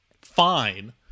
Fine